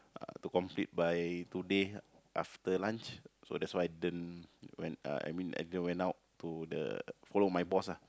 uh to complete by today after lunch so that's why I didn't when uh I mean I didn't went out to the follow my boss ah